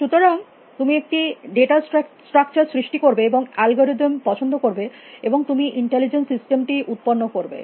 সুতরাং তুমি একটি ডেটা স্ট্রাকচার সৃষ্টি করবে এবং অ্যালগরিদম পছন্দ করবে এবং তুমি ইন্টেলিজেন্স সিস্টেম টি উত্পন্ন করবে